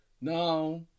now